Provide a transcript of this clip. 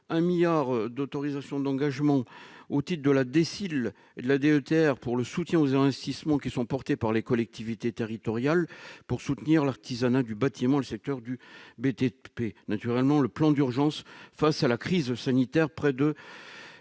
1 milliard d'euros en autorisations d'engagement au titre de la DSIL et de la DETR, en soutien aux investissements portés par les collectivités territoriales pour aider l'artisanat du bâtiment et l'ensemble du secteur du BTP. Naturellement, le plan d'urgence face à la crise sanitaire atteint